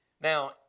Now